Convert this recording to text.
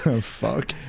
Fuck